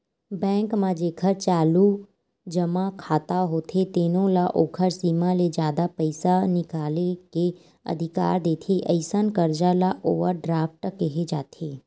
bank म जेखर चालू जमा खाता होथे तेनो ल ओखर सीमा ले जादा पइसा निकाले के अधिकार देथे, अइसन करजा ल ओवर ड्राफ्ट केहे जाथे